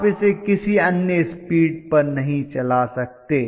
आप इसे किसी अन्य स्पीड पर नहीं चला सकते